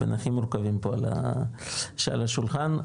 בין הכי מורכבים פה שעל השולחן,